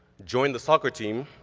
joined the soccer team,